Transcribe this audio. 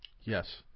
Yes